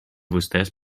vostès